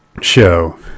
show